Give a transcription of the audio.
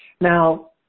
Now